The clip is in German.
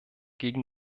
gegen